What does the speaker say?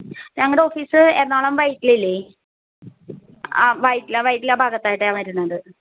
ഞങ്ങളുടെ ഓഫീസ് എറണാകുളം വൈറ്റിലയില്ലേ ആ വൈറ്റില വൈറ്റില ഭാഗത്തായിട്ടാണ് വരുന്നത്